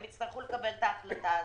הם יצטרכו לקבל את ההחלטה הזאת.